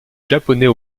japonais